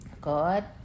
God